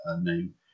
name